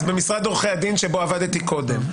אז במשרד עורכי הדין שבו עבדתי קודם.